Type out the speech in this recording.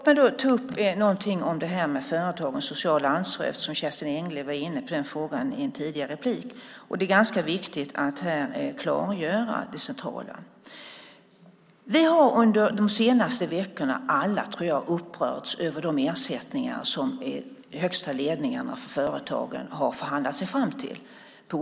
Fru talman! Låt mig säga några ord om företagens sociala ansvar. Kerstin Engle var ju i en tidigare replik inne på den frågan. Det är ganska viktigt att här klargöra det centrala. De senaste veckorna har vi väl alla upprörts över de ersättningar som högsta ledningen i företagen på olika sätt förhandlat sig fram till.